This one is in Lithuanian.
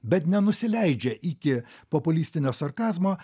bet nenusileidžia iki populistinio sarkazmo